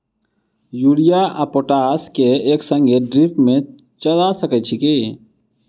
Urea आ potash केँ एक संगे ड्रिप मे चला सकैत छी की?